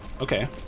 Okay